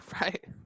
Right